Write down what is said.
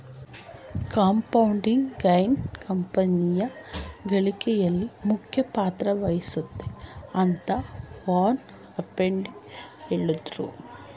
compounding gain ಸಂಪತ್ತಿನ ಗಳಿಕೆಯಲ್ಲಿ ಮುಖ್ಯ ಪಾತ್ರ ವಹಿಸುತ್ತೆ ಅಂತ ವಾರನ್ ಬಫೆಟ್ ಹೇಳಿದ್ರು